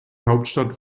hauptstadt